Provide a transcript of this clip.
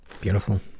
Beautiful